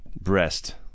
breast